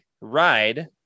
ride